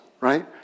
right